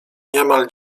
niemal